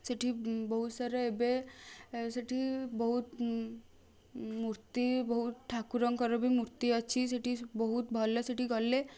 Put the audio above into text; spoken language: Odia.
ସେଠି ବହୁତ ସାରା ଏବେ ସେଠି ବହୁତ ମୂର୍ତ୍ତି ବହୁତ ଠାକୁରଙ୍କର ବି ମୂର୍ତ୍ତି ଅଛି ସେଠି ବହୁତ ଭଲ ସେଠି ଗଲେ